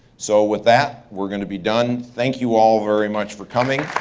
so with that, we're gonna be done. thank you all very much for coming.